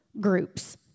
groups